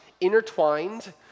intertwined